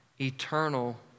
eternal